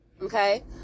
Okay